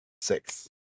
six